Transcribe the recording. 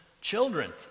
children